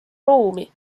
ruumi